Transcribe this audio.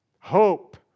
Hope